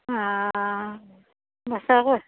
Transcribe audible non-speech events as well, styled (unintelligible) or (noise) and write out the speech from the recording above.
(unintelligible)